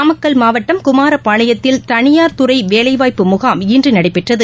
நாமக்கல் மாவட்டம் குமாரப்பாளையத்தில் தனியார் துறைவேலைவாய்ப்பு முகாம் இன்றுநடைபெற்றது